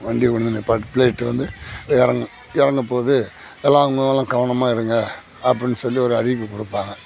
வண்டியை கொண்டு வந்து நிற்பாட்டு பிளைட்டு வந்து இறங்கு இறங்கப்போது எல்லாம் அவங்க அவங்களாம் கவனமாக இருங்க அப்படின்னு சொல்லி ஒரு அறிவிப்பு கொடுப்பாங்க